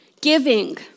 giving